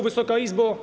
Wysoka Izbo!